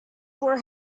were